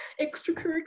extracurricular